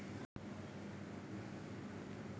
బీమా కు ఆరోగ్య బీమా కు తేడా ఏంటిది?